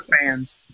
fans